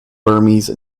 burmese